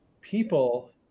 people